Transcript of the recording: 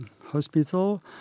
hospital